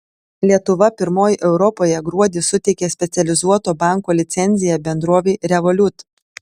lietuva pirmoji europoje gruodį suteikė specializuoto banko licenciją bendrovei revolut